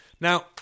Now